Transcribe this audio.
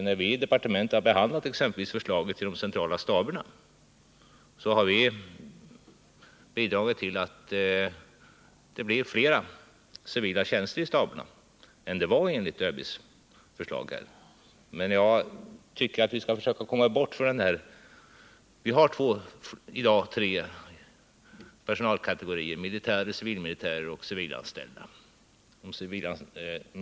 När vi i departementet har behandlat exempelvis förslaget om de centrala staberna har vi bidragit till att det blir fler civila tjänster där än det var enligt ÖB:s förslag. Vi har i dag tre personalkategorier inom försvaret: militärer, civilmilitärer och civilanställda.